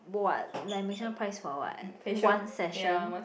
what like maximum price for what one session